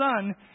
Son